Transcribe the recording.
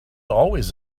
always